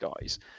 guys